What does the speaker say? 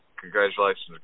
Congratulations